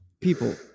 People